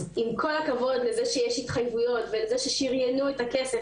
אז עם כל הכבוד לזה שיש התחייבויות ולזה ששריינו את הכסף,